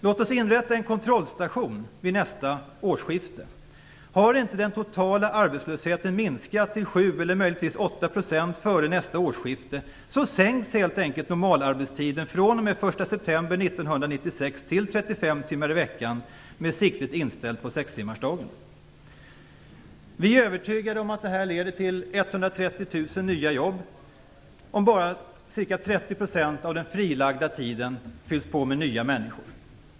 Låt oss inrätta en kontrollstation vid nästa årsskifte: har inte den totala arbetslösheten minskats till 7 % eller möjligtvis 8 % före nästa årsskifte sänks helt enkelt normalarbetstiden fr.o.m. den 1 september 1996 till 35 timmar i veckan med siktet inställt på sextimmarsdagen. Vi är övertygade om att det leder till 130 000 nya jobb om bara ca 30 % av den frilagda arbetstiden fylls på med nya människor.